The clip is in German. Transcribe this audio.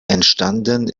entstanden